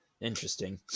interesting